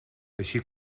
així